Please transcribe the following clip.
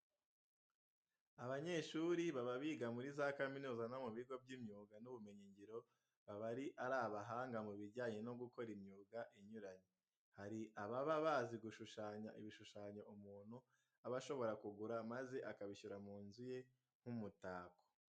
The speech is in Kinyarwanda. Abanyeshuri baba biga muri za kaminuza no mu bigo by'imyuga n'ubumenyingiro baba ari abahanga mu bijyanye no gukora imyuga inyuranye. Hari ababa bazi gushushanya ibishushanyo umuntu aba ashobora kugura maze akabishyira mu nzu ye nk'umutako.